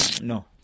No